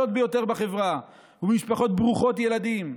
ביותר בחברה ובמשפחות ברוכות ילדים.